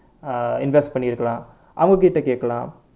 uh invest பண்ணிருக்கலாம் அவங்க கிட்டை கேட்கலாம்:pannirukkalam avanga kittai kekkalaam